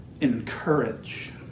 encourage